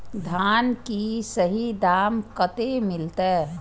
धान की सही दाम कते मिलते?